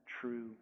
true